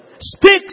Speak